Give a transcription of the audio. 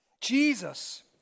Jesus